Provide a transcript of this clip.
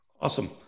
Awesome